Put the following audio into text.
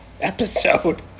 episode